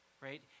right